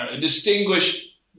distinguished